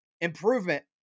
improvement